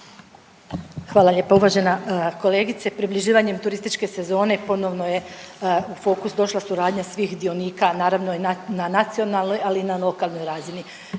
Hvala lijepa. Uvažena kolegice. Približavanjem turističke sezone ponovno je u fokus došla suradnja svih dionika, naravno na nacionalnoj ali i na lokalnoj razini.